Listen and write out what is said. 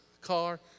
car